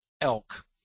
elk